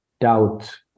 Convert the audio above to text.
doubt